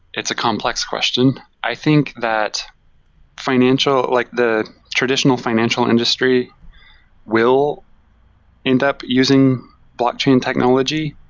it's a complex question. i think that financial like the traditional financial industry will end up using blockchain technology.